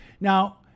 Now